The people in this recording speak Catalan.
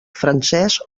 francès